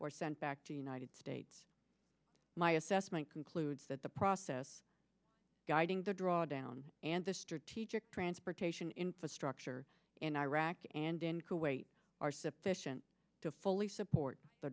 or sent back to united states my assessment concludes that the process guiding the drawdown and the strategic transportation infrastructure in iraq and in kuwait are sufficient to fully support the